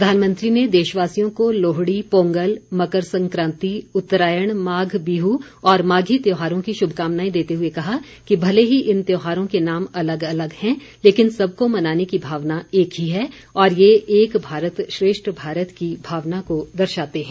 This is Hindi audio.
प्रधानमंत्री ने देशवासियों को लोहड़ी पोंगल मकर संक्रांति उत्तरायण माघ बिहू और माघी त्योहारों की शुभकामनाएं देते हुए कहा कि भले ही इन त्योहारों के नाम अलग अलग हैं लेकिन सबको मनाने की भावना एक ही है और ये एक भारत श्रेष्ठ भारत की भावना को दर्शाते हैं